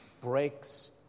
breaks